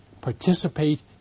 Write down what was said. participate